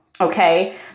okay